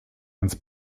ans